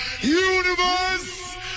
Universe